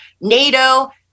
NATO